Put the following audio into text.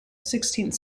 sixteenth